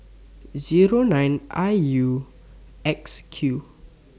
Zero nine I U X Q